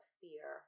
fear